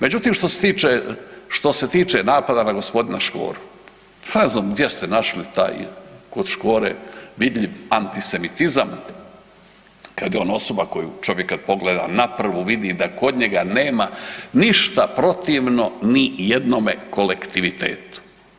Međutim, što se tiče napada na g. Škoru, ha ne znam gdje ste našli taj kod Škore vidljiv antisemitizam kada je on osoba koju čovjek kad pogleda na prvu vidi da kod njega nema ništa protivno ni jednome kolektivitetu.